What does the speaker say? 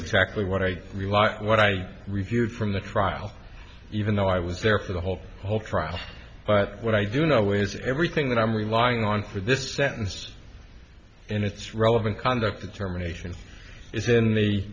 exactly what i realise what i reviewed from the trial even though i was there for the whole whole trial but what i do know is that everything that i'm relying on for this sentence and it's relevant conduct determination is in the